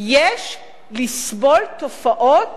יש לסבול תופעות